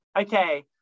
Okay